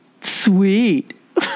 Sweet